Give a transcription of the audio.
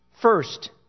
first